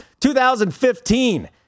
2015